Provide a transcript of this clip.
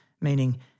meaning